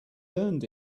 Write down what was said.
earned